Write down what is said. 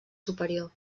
superior